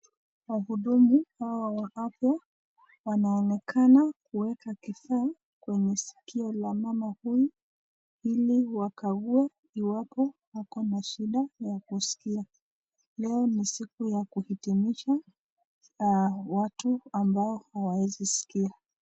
Wahudumu hawa wa afya wanaonekana kuweka kifaa kwenye sikio la mama huyu ili wakague iwapo ako na shida ya kuskia. Leo kuna ya kuhutimisha watu ambao hawaezi sikia.